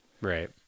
right